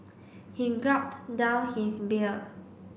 he gulped down his beer